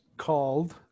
called